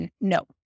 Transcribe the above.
no